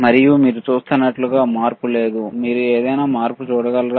మరియు మీరు చూస్తున్నట్లుగా మార్పు లేదు మీరు ఏదైనా మార్పు చూడగలరా